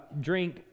drink